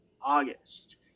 August